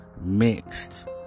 Mixed